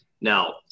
Now